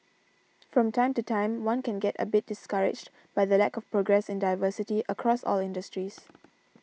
from time to time one can get a bit discouraged by the lack of progress in diversity across all industries